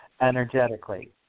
energetically